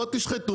בואו תשחטו.